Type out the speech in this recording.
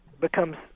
becomes